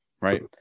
right